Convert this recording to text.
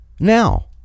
Now